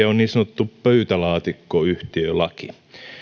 on niin sanottu pöytälaatikkoyhtiölaki